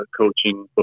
coaching